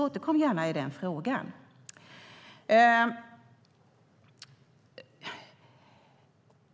Återkom gärna i den frågan.